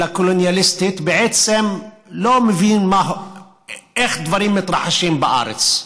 בעצם לא מבינה איך דברים מתרחשים בארץ,